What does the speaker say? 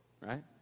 Right